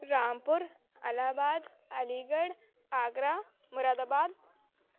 Rampur Allahabad Aligarh Agra Moradabad